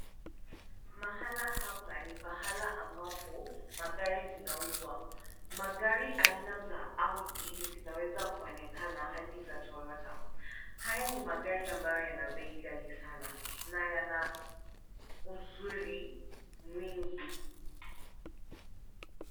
Mahala hapa ni pahala ambapo magari zinauzwa, magari aina za Audi zinaweza kuonekana hadi za toyota. Haya ni magari ambayo yana bei ghali sana na yana uzuri mwingi.